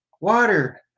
water